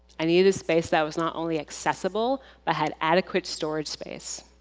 i needed a space that was not only accesible, but had adequate storage space,